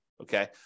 Okay